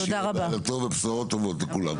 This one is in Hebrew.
שיהיה ערב טוב ובשורות טובות לכולם.